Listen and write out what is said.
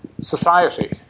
Society